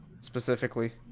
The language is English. specifically